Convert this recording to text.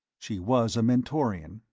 she was a mentorian,